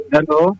Hello